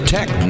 Tech